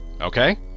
Okay